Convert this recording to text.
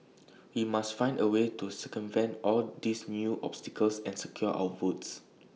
we must find A way to circumvent all these new obstacles and secure our votes